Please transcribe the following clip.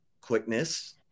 quickness